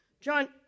John